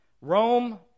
Rome